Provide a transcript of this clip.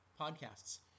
podcasts